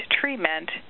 treatment